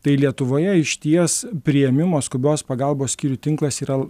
tai lietuvoje išties priėmimo skubios pagalbos skyrių tinklas yra